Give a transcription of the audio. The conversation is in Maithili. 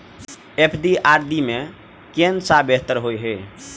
एफ.डी आ आर.डी मे केँ सा बेहतर होइ है?